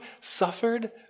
suffered